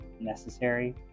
necessary